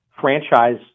franchise